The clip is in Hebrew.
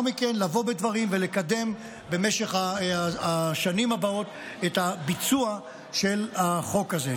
מכן לבוא בדברים ולקדם במשך השנים הבאות את הביצוע של החוק הזה.